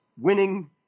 winning